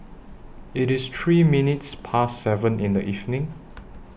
IT IS three minutes Past seven in The evening